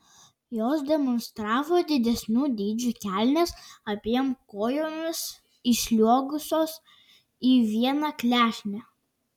jos demonstravo didesnių dydžių kelnes abiem kojomis įsliuogusios į vieną klešnę